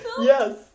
Yes